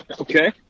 Okay